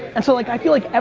and so like i feel like,